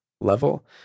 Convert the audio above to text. level